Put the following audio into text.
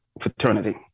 fraternity